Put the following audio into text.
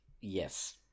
Yes